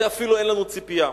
לזה אין לנו אפילו ציפייה.